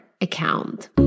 account